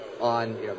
on